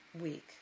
week